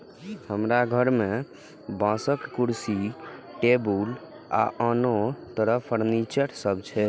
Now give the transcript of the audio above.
हमरा घर मे बांसक कुर्सी, टेबुल आ आनो तरह फर्नीचर सब छै